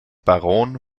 baron